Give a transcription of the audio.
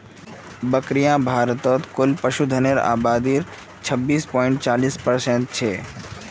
बकरियां भारतत कुल पशुधनेर आबादीत छब्बीस पॉइंट चालीस परसेंट छेक